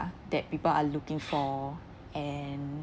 that people are looking for and